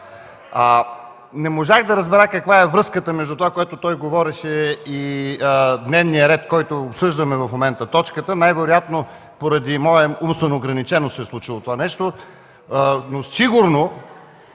Не можах да разбера каква е връзката между това, което той говореше, и дневния ред, който обсъждаме в момента. Най-вероятно поради моя умствена ограниченост се е случило това нещо. Но искам